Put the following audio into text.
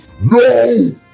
No